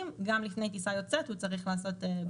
גם לפני טיסה יוצאת צריך לעשות בדיקה.